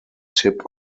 tip